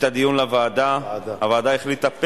לדיבור חברי הכנסת דב